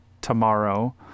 tomorrow